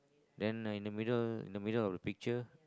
then like in the middle in the middle of the picture